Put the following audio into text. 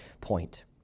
point